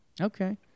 Okay